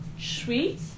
sweet